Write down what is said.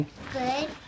Good